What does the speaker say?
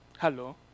Hello